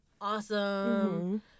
awesome